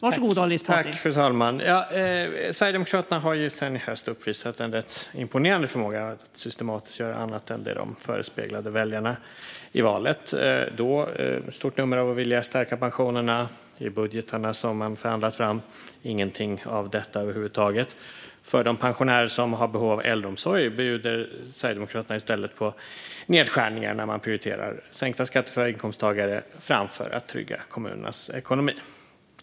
Fru talman! Sverigedemokraterna har sedan i höstas uppvisat en rätt imponerande förmåga att systematiskt göra annat än det som de förespeglade väljarna i valet. Då gjorde de ett stort nummer av att de ville stärka pensionerna, men i de budgetar de har förhandlat fram finns ingenting av detta över huvud taget. För de pensionärer som har behov av äldreomsorg bjuder Sverigedemokraterna i stället på nedskärningar när sänkta skatter för inkomsttagare prioriteras framför att trygga kommunernas ekonomi.